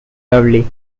lovely